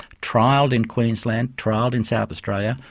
trialled in queensland, trialled in south australia,